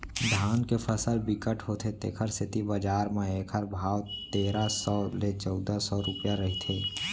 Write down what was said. धान के फसल बिकट होथे तेखर सेती बजार म एखर भाव तेरा सव ले चउदा सव रूपिया रहिथे